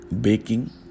baking